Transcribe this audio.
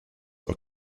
are